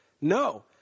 No